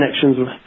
connections